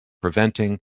preventing